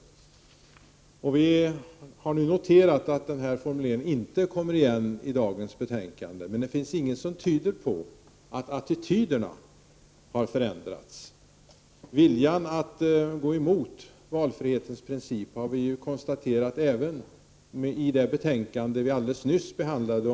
Vi har nu noterat att denna formulering inte återkommer i dagens betänkande, men det finns inget som tyder på att attityderna har förändrats. Vi har konstaterat viljan att gå emot valfrihetens princip även i det betänkande om smittskyddslagen som vi nyss behandlade.